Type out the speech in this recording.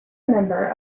member